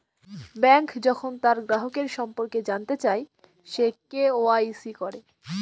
bank যখন তার গ্রাহকের সম্পর্কে জানতে চায়, সে কে.ওয়া.ইসি করে